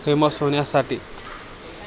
famous होण्या साठी